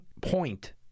point